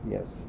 Yes